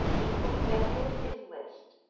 equally decadent is liszt.